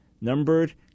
numbered